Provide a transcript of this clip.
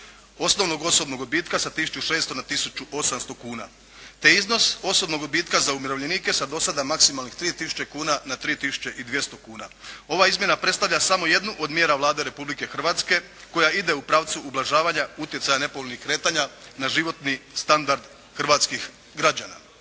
osnovnog osobnog odbitka sa 1600 na 1800 kuna te iznos osobnog odbitka za umirovljenike sa do sada maksimalnih 3 tisuće kuna na 3 tisuće i 200 kuna. Ova izmjena predstavlja samo jednu od mjera Vlade Republike Hrvatske koja ide u pravdu ublažavanja utjecaja nepovoljnih kretanja na životni standard hrvatskih građana.